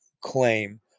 claim